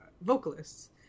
vocalists